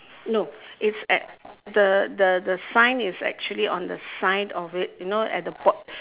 no it's at the the the sign is actually on the side of it you know at the bot~